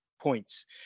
Points